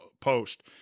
post